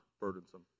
burdensome